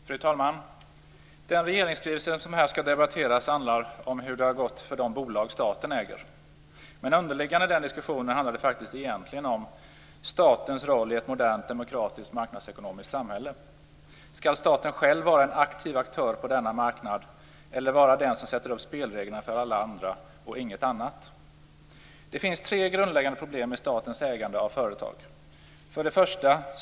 Fru talman! Den regeringsskrivelse som här skall debatteras handlar om hur det har gått för de bolag staten äger. Men en underliggande diskussion handlar om statens roll i ett modernt, demokratiskt och marknadsekonomiskt samhälle. Skall staten själv vara en verksam aktör på denna marknad eller vara den som sätter upp spelreglerna för alla andra och inget annat? Det finns tre grundläggande problem med statens ägande av företag. 1.